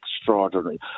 extraordinary